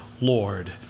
Lord